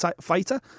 fighter